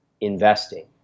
investing